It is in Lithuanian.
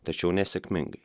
tačiau nesėkmingai